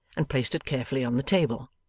and placed it carefully on the table.